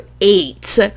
eight